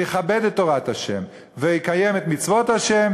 ויכבד את תורת ה' ויקיים את מצוות ה',